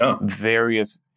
various